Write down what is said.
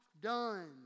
done